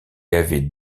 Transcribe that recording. avait